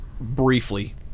briefly